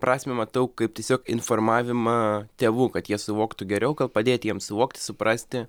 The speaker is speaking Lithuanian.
prasmę matau kaip tiesiog informavimą tėvų kad jie suvoktų geriau kad padėti jiems suvokti suprasti